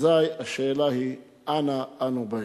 אזי השאלה היא אנה אנו באים.